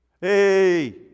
Hey